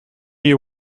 you